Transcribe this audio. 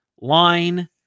line